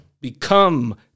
become